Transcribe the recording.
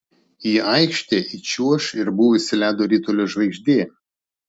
į aikštę įčiuoš ir buvusi ledo ritulio žvaigždė